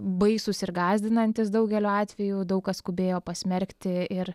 baisūs ir gąsdinantys daugeliu atveju daug kas skubėjo pasmerkti ir